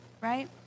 right